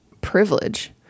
privilege